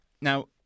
Now